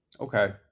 Okay